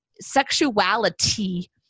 sexuality